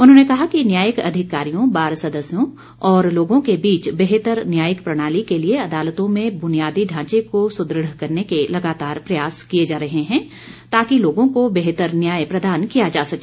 उन्होंने कहा कि न्यायिक अधिकारियों बार सदस्यों और लोगों के बीच बेहतर न्यायिक प्रणाली के लिए अदालतों में बुनियादी ढांचे को सुदृढ़ करने के लगातार प्रयास किए जा रहे है ताकि लोगों को बेहतर न्याय प्रदान किया जा सके